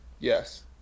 Yes